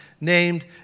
named